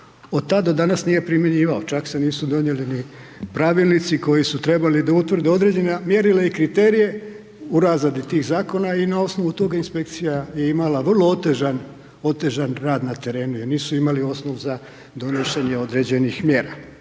od tad do danas nije primjenjivao, čak se nisu donijeli ni Pravilnici koji su trebali da utvrde određena mjerila i kriterije u razradi tih Zakona i na osnovu toga inspekcija je imala vrlo otežan rad na terenu jer nisu imali osnov za donošenje određenih mjera.